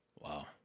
Wow